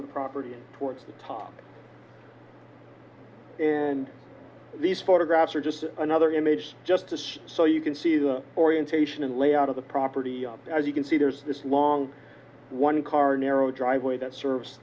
the property and towards the top and these photographs are just another image just so you can see the orientation and layout of the property as you can see there's this long one carneiro driveway that serves